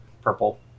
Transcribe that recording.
Purple